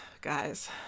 Guys